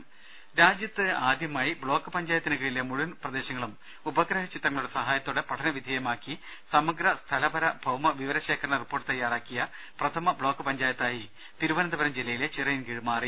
രദേശ രാജ്യത്ത് ആദ്യമായി ബ്ലോക്ക് പഞ്ചായത്തിന് കീഴിലെ മുഴുവൻ പ്രദേശങ്ങളും ഉപഗ്രഹ ചിത്രങ്ങളുടെ സഹായത്തോടെ പഠനവിധേയമാക്കി സമഗ്ര സ്ഥലപര ഭൌമ വിവരശേഖരണ റിപ്പോർട്ട് തയ്യാറാക്കിയ പ്രഥമ ബ്ലോക്ക് പഞ്ചായത്തായി തിരുവനന്തപുരം ജില്ലയിലെ ചിറയിൻകീഴ് മാറി